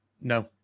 No